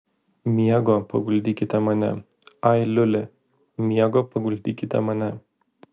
miego paguldykite mane ai liuli miego paguldykite mane